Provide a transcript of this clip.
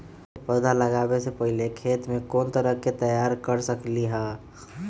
धान के पौधा लगाबे से पहिले खेत के कोन तरह से तैयार कर सकली ह?